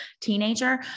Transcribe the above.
teenager